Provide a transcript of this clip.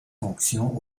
fonctions